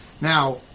Now